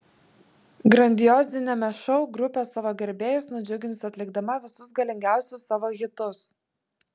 grandioziniame šou grupė savo gerbėjus nudžiugins atlikdama visus galingiausius savo hitus